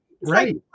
Right